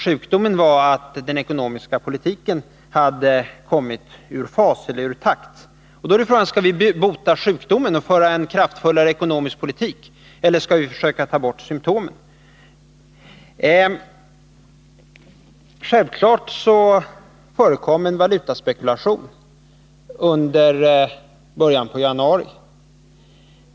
Sjukdomen var att den ekonomiska politiken hade kommit ur takt. Då är frågan: Skall vi bota sjukdomen och föra en kraftfullare ekonomisk politik eller skall vi försöka ta bort symtomet? Självfallet förekom en valutaspekulation under början av januari.